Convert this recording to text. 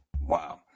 wow